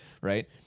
right